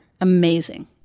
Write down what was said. amazing